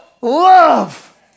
love